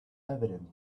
evident